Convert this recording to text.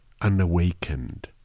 unawakened